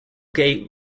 gate